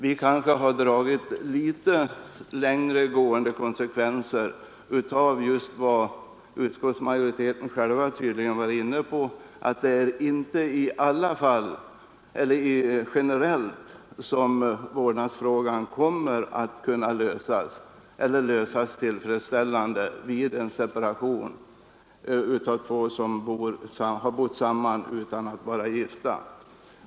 Vi kanske har dragit litet längre gående konsekvenser av vad utredningsmajoriteten tydligen var inne på, nämligen att vårdnadsfrågan inte vid alla tillfällen kommer att kunna lösas tillfredsställande vid en separation mellan två personer som sammanlevt utan att vara gifta.